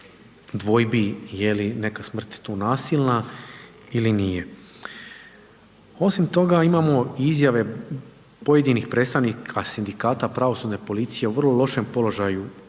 dvojbi jeli neka smrt tu nasilna ili nije. Osim toga imamo izjave pojedinih predstavnika Sindikata pravosudne policije o vrlo lošem položaju